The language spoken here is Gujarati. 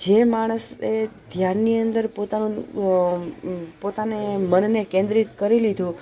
જે માણસે ધ્યાનની અંદર પોતાનું પોતાને મનને કેન્દ્રિત કરી લીધું